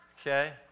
Okay